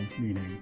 meaning